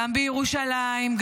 גם בירושלים,